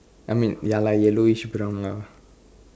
I mean ya lah yellowish brown lah